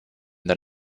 that